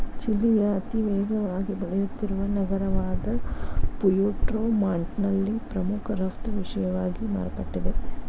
ಚಿಲಿಯ ಅತಿವೇಗವಾಗಿ ಬೆಳೆಯುತ್ತಿರುವ ನಗರವಾದಪುಯೆರ್ಟೊ ಮಾಂಟ್ನಲ್ಲಿ ಪ್ರಮುಖ ರಫ್ತು ವಿಷಯವಾಗಿ ಮಾರ್ಪಟ್ಟಿದೆ